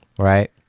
right